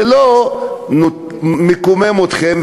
זה לא מקומם אתכם?